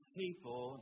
people